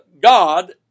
God